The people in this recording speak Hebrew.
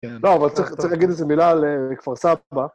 כן. לא, אבל צריך להגיד איזו מילה לכפר סבא